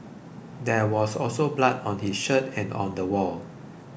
there was also blood on his shirt and on the wall